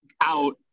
out